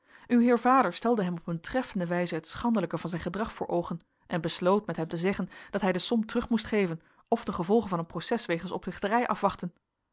uw heer vader stelde hem op een treffende wijze het schandelijke van zijn gedrag voor oogen en besloot met hem te zeggen dat hij de som terug moest geven of de gevolgen van een proces wegens oplichterij afwachten